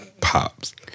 pops